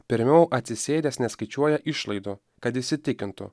pirmiau atsisėdęs neskaičiuoja išlaidų kad įsitikintų